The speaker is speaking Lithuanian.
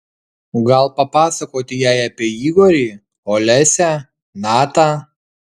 gal papasakoti jai apie igorį olesią natą